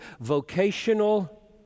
vocational